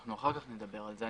אנחנו אחר כך נדבר על זה.